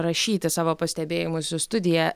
rašyti savo pastebėjimus į studija